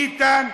ביטן,